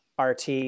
rt